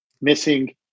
missing